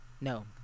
No